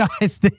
guys